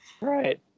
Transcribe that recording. Right